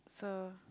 so